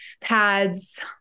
pads